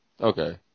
Okay